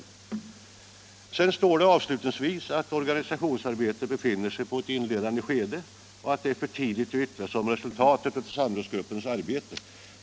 Avslutningsvis säger industriministern i svaret att organisationsarbetet befinner sig i ett inledande skede och att det är för tidigt att yttra sig om resultatet av samrådsgruppens arbete.